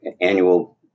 annual